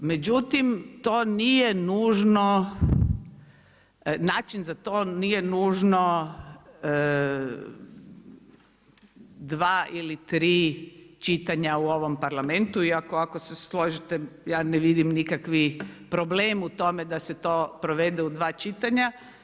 Međutim, to nije nužno, način za to nije nužno dva ili tri čitanja u ovom Parlamentu, iako ako se složite ja ne vidim nikakvi problem u tome da se to provede u dva čitanja.